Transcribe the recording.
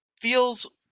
feels